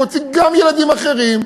הוא הוציא גם ילדים אחרים.